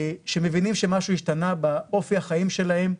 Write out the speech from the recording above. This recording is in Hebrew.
שמבינים שמשהו השתנה באופי החיים שלהם.